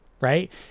right